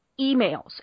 emails